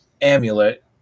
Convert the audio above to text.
amulet